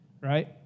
right